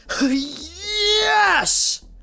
Yes